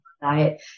diet